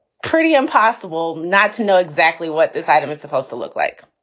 pretty impossible not to know exactly what this item is supposed to look like.